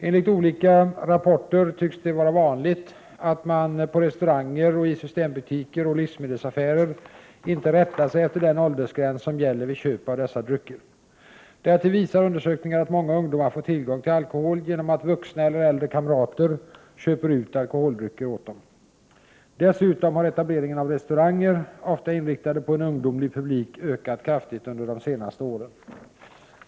Enligt olika rapporter tycks det vara vanligt att man på restauranger och i systembutiker och livsmedelsaffärer inte rättar sig efter den åldersgräns som gäller vid köp av dessa drycker. Därtill visar undersökningar att många ungdomar får tillgång till alkohol genom att vuxna eller äldre kamrater köper ut alkoholdrycker åt dem. Dessutom har etableringen av restauranger, ofta inriktade på en ungdomlig publik, ökat kraftigt under de senaste åren.